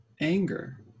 anger